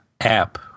app